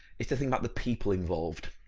it's the thing about the people involved.